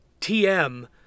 TM